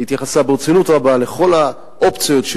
היא התייחסה ברצינות רבה לכל האופציות,